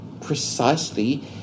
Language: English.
precisely